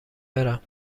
برم